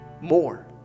more